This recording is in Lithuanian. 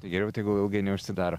tai geriau tegul ilgai neužsidaro